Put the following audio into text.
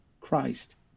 Christ